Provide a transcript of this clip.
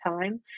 time